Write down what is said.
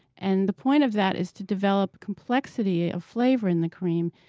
and the point of that is to develop complexity of flavor in the cream.